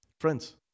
Friends